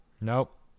Nope